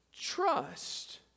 trust